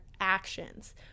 actions